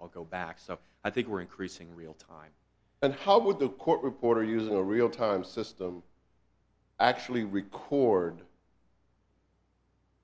i'll go back so i think we're increasing real and how would the court reporter using a real time system actually record